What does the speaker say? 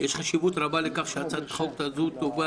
יש חשיבות רבה לכך שהצעת החוק הזאת תובא